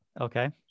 Okay